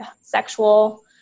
sexual